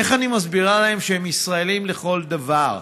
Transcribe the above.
איך אני מסבירה להם שהם ישראלים לכל דבר?